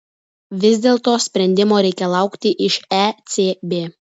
vis dėlto sprendimo reikia laukti iš ecb